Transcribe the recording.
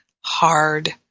hard